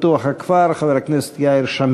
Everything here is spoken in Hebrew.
כפי שכבר אמר חבר הכנסת דוד צור,